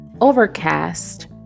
Overcast